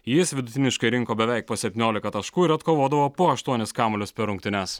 jis vidutiniškai rinko beveik po septyniolika taškų ir atkovodavo po aštuonis kamuolius per rungtynes